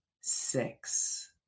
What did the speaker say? six